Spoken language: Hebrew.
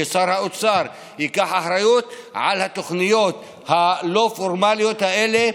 ששר האוצר ייקח אחריות לתוכניות הלא-פורמליות האלה,